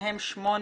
מהן 8